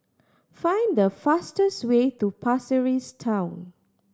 find the fastest way to Pasir Ris Town